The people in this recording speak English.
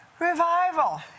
Revival